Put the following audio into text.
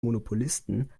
monopolisten